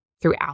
throughout